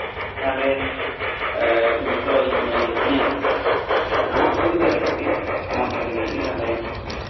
ᱛᱟᱦᱚᱞᱮ ᱤᱧ ᱦᱚᱛᱚ ᱧᱮᱞ ᱦᱩᱭᱩᱜ ᱛᱤᱧᱟ ᱛᱟᱦᱚᱞᱮ ᱟᱢᱟᱜ ᱥᱩᱵᱤᱫᱷᱟ ᱞᱟᱹᱜᱤᱫ ᱜᱮ ᱟᱢ ᱟᱜᱮ ᱞᱟᱹᱭ ᱢᱮ